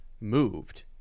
moved